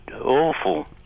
awful